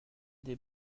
des